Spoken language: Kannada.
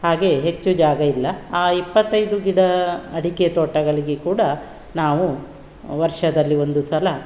ಹಾಗೆ ಹೆಚ್ಚು ಜಾಗ ಇಲ್ಲ ಆ ಇಪ್ಪತ್ತೈದು ಗಿಡ ಅಡಿಕೆ ತೋಟಗಳಿಗೆ ಕೂಡ ನಾವು ವರ್ಷದಲ್ಲಿ ಒಂದು ಸಲ